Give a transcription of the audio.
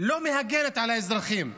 ולא מגינה על האזרחים.